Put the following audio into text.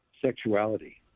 sexuality